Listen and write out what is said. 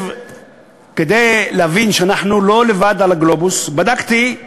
כדי להבין שאנחנו לא לבד על הגלובוס בדקתי,